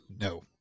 No